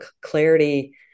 clarity